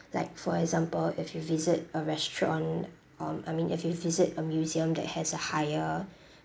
like for example if you visit a restaurant um I mean if you visit a museum that has a higher